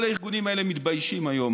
כל הארגונים האלה מתביישים היום.